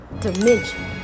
dimension